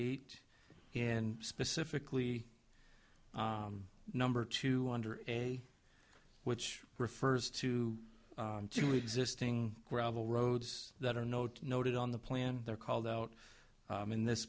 eight and specifically number two under a which refers to existing gravel roads that are note noted on the plan they're called out in this